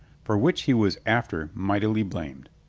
for which he was after mightily blamed.